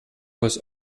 was